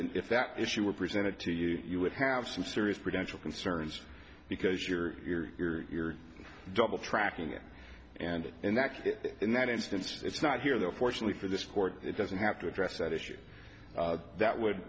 that if that issue were presented to you you would have some serious potential concerns because you're you're you're you're double tracking it and in that case in that instance it's not here though fortunately for this court it doesn't have to address that issue that would